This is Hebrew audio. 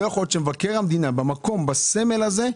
לא יכול להיות שמבקר המדינה, בסמל הזה,